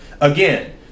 Again